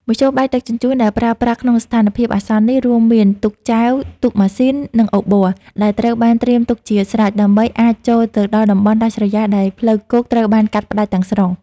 មធ្យោបាយដឹកជញ្ជូនដែលប្រើប្រាស់ក្នុងស្ថានភាពអាសន្ននេះ រួមមានទូកចែវ ទូកម៉ាស៊ីន និងអូប័រ ដែលត្រូវបានត្រៀមទុកជាស្រេច ដើម្បីអាចចូលទៅដល់តំបន់ដាច់ស្រយាលដែលផ្លូវគោកត្រូវបានកាត់ផ្ដាច់ទាំងស្រុង។